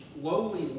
lowly